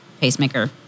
pacemaker